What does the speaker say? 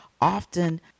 often